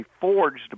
forged